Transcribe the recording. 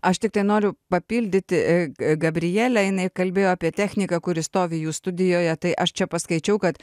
aš tiktai noriu papildyti gabrielę jinai kalbėjo apie techniką kuri stovi jų studijoje tai aš čia paskaičiau kad